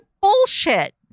bullshit